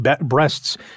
breasts